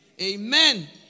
Amen